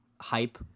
hype